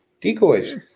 decoys